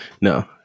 no